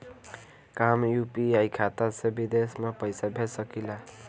का हम यू.पी.आई खाता से विदेश म पईसा भेज सकिला?